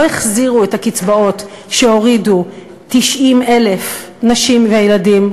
לא החזירו את הקצבאות שהורידו 90,000 נשים וילדים,